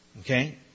Okay